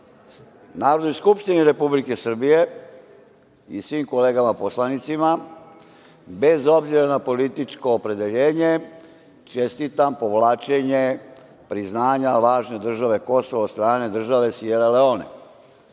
Narodnoj skupštini Republike Srbije i svim kolegama poslanicima, bez obzira na političko opredeljenje, čestitam povlačenje priznanja lažne države Kosovo od strane države Sijera Leone.